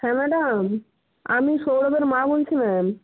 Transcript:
হ্যাঁ ম্যাডাম আমি সৌরভের মা বলছি ম্যাম